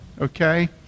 Okay